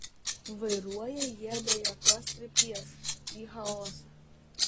vairuoja jie be jokios krypties į chaosą